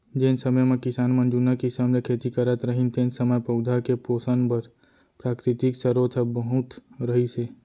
जेन समे म किसान मन जुन्ना किसम ले खेती करत रहिन तेन समय पउधा के पोसन बर प्राकृतिक सरोत ह बहुत रहिस हे